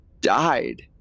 died